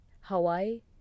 Hawaii